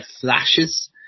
flashes